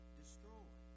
destroyed